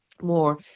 more